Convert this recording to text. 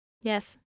Yes